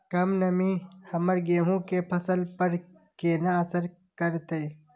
कम नमी हमर गेहूँ के फसल पर केना असर करतय?